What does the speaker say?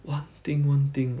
one thing one thing ah